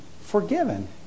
forgiven